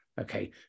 Okay